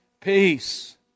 peace